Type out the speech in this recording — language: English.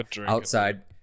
outside